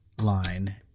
line